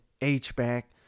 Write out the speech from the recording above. H-back